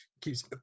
keeps